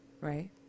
right